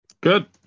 good